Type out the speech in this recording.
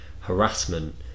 harassment